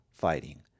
Fighting